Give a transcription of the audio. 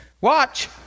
Watch